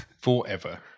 Forever